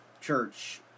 church